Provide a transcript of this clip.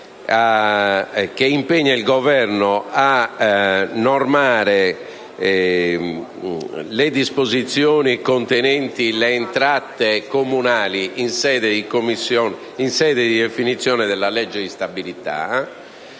che impegna il Governo a normare le disposizioni concernenti le entrate comunali in sede di definizione della legge di stabilità